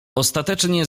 ostatecznie